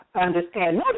understand